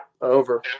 over